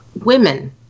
women